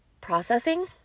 processing